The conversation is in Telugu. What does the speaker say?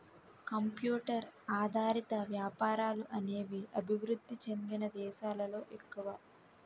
కంప్యూటర్ ఆధారిత వ్యాపారాలు అనేవి అభివృద్ధి చెందిన దేశాలలో ఎక్కువ